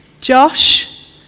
Josh